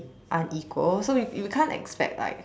unequal so if you can't expect like